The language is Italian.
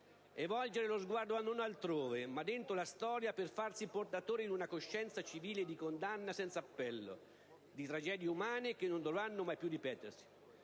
È volgere lo sguardo non altrove, ma dentro la storia, per farsi portatori di una coscienza civile di condanna senza appello di tragedie umane che non dovranno mai più ripetersi.